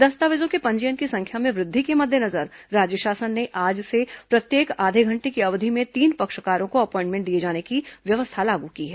दस्तावेजों के पंजीयन की संख्या में वृद्धि के मद्देनजर राज्य शासन ने आज से प्रत्येक आधे घंटे की अवधि में तीन पक्षकारों को अपॉइमेंट दिए जाने की व्यवस्था लागू की है